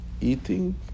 eating